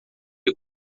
ele